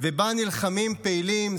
ובה נלחמים פעילים,